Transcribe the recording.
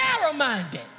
narrow-minded